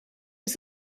was